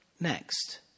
next